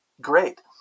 great